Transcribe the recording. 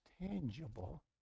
tangible